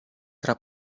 tra